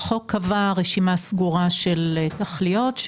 החוק קבע רשימה סגורה של תכליות,